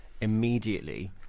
immediately